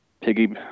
piggy